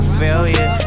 failure